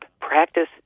Practice